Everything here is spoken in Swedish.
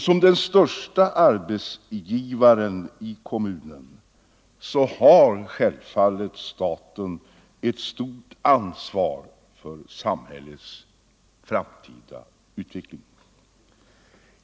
Som den största arbetsgivaren i kommunen har självfallet staten ett stort ansvar för samhällets framtida utveckling.